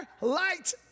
light